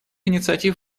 инициатив